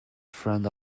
friend